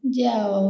ଯାଅ